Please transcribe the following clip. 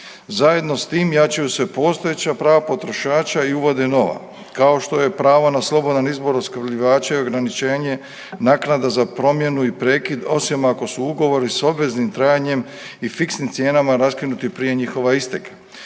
Zajedno s tim jačaju se postojeća prava potrošača i uvode nova, kao što je pravo na slobodan izbor opskrbljivača i ograničenje naknada za promjenu i prekid osim ako su ugovori s obveznim trajanjem i fiksnim cijenama raskinuti prije njihova isteka,